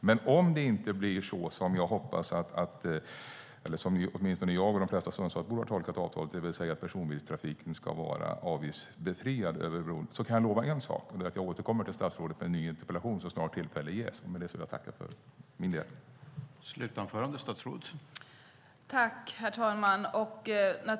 Men om det inte blir så som åtminstone jag och de flesta Sundsvallsbor har tolkat avtalet, det vill säga att personbilstrafiken ska vara avgiftsbefriad över bron, så kan jag lova en sak, och det är att jag återkommer till statsrådet med en ny interpellation så snart tillfälle ges. Med det vill jag tacka för min del.